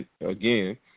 again